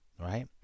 right